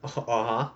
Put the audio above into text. orh (uh huh)